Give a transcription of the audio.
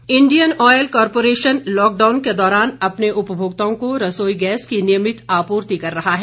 रसोई gas Indian oil corporation lockdown के दौरान अपने उपभोक्ताओं को रसोई गैस की नियमित आपूर्ति कर रहा है